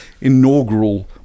inaugural